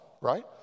right